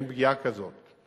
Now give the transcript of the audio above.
אין פגיעה כזאת.